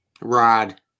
Rod